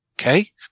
okay